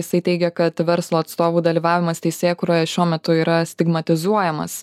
jisai teigia kad verslo atstovų dalyvavimas teisėkūroje šiuo metu yra stigmatizuojamas